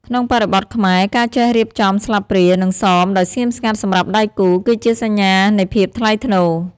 ក្នុងបរិបទខ្មែរ ការចេះរៀបចំស្លាបព្រា និងសមដោយស្ងៀមស្ងាត់សម្រាប់ដៃគូ គឺជាសញ្ញានៃភាពថ្លៃថ្នូរ។